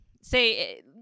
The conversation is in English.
say